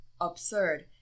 absurd